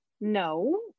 No